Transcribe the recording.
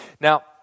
Now